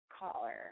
caller